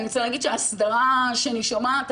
רוצה להגיד שההסדרה שאני שומעת,